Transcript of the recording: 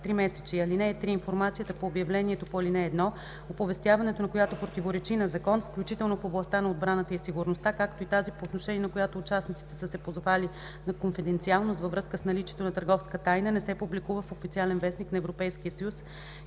тримесечие. (3) Информация от обявлението по ал. 1, оповестяването на която противоречи на закон, включително в областта на отбраната и сигурността, както и тази, по отношение на която участниците са се позовали на конфиденциалност във връзка с наличието на търговска тайна, не се публикува в „Официален вестник” на Европейския съюз